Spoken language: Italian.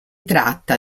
tratta